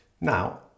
Now